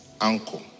uncle